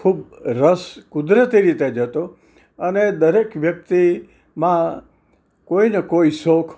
ખૂબ રસ કુદરતી રીતે જ હતો અને દરેક વ્યક્તિમાં કોઈ ને કોઈ શોખ